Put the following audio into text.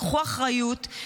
לקחו אחריות,